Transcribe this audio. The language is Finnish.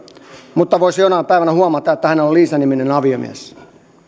mutta voisi jonain päivänä huomata että hänellä on liisa niminen aviomies